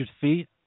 feet